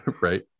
right